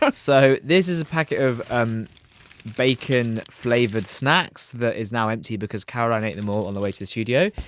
but so this is a packet of um bacon flavored snacks that is now empty because caroline ate them all on the way to the studio.